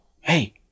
hey